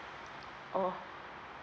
oh